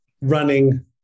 running